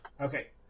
Okay